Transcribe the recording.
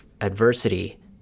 adversity